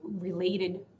related